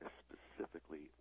specifically